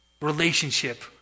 relationship